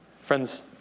Friends